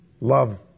love